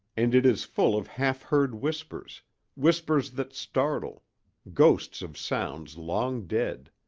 and it is full of half-heard whispers whispers that startle ghosts of sounds long dead.